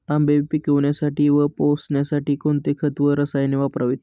आंबे पिकवण्यासाठी व पोसण्यासाठी कोणते खत व रसायने वापरावीत?